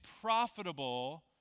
profitable